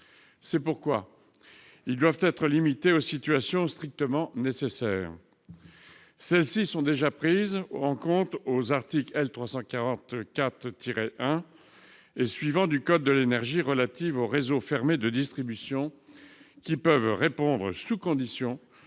C'est pourquoi ils doivent être limités aux situations strictement nécessaires. Celles-ci sont déjà prises en compte aux articles L. 344-1 et suivants du code de l'énergie relatifs aux réseaux fermés de distribution, qui peuvent répondre, sous conditions,